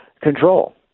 control